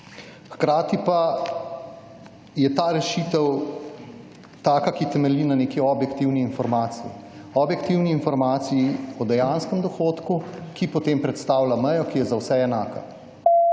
Hkrati pa je ta rešitev taka, ki temelji na neki objektivni informaciji, na objektivni informaciji o dejanskem dohodku, ki potem predstavlja mejo, ki je za vse enaka.